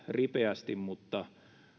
ripeästi mutta